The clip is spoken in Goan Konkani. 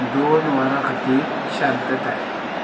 दोन वरां खातीर शांतताय